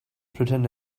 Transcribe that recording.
pretend